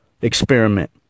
experiment